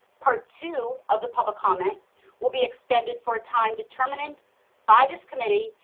part two of the public comments will be extended for a time determinant by this committee,